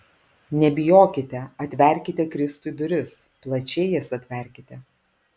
nebijokite atverkite kristui duris plačiai jas atverkite